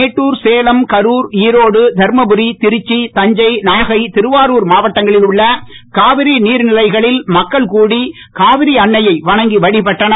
Mettur Salem Karur Erode Dharmapuri Trichy Thanjai Nagai Thiruvarur மாவட்டங்களில் உள்ள காவிரி நீர்நிலைகளில் மக்கள் கூடி காவிரி அன்னையை வணங்கி வழிபட்டனர்